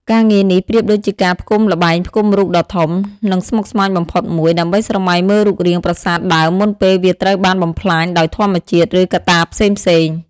ការងារនេះប្រៀបដូចជាការផ្គុំល្បែងផ្គុំរូបដ៏ធំ និងស្មុគស្មាញបំផុតមួយ ដើម្បីស្រមៃមើលរូបរាងប្រាសាទដើមមុនពេលវាត្រូវបានបំផ្លាញដោយធម្មជាតិ ឬកត្តាផ្សេងៗ។